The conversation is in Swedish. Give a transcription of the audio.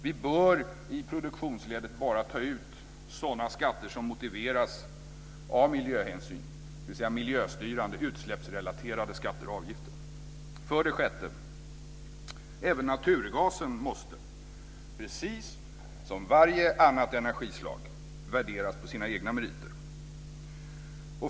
Vi bör i produktionsledet bara ta ut sådana skatter som motiveras av miljöhänsyn, dvs. miljöstyrande, utsläppsrelaterade skatter och avgifter. För det sjätte måste även naturgasen, precis som varje annat energislag, värderas på sina egna meriter.